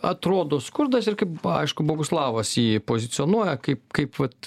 atrodo skurdas ir kaip bo aišku boguslavas jį pozicionuoja kaip kaip vat